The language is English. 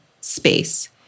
space